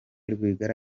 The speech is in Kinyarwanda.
rwigara